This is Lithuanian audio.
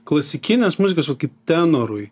klasikinės muzikos vat kaip tenorui